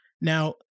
Now